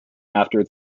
after